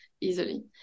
easily